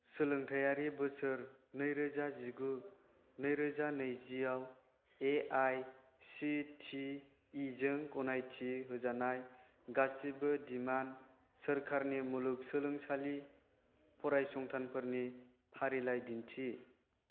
सोलोंथाइयारि बोसोर नैरोजा जिगु नैरोजा नैजियाव एआइसिटिइ जों गनायथि होजानाय गासैबो दिमान्ड सोरखारनि मुलुग सोलोंसालि फरायसंथानफोरनि फारिलाइ दिन्थि